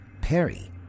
Perry